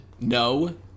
no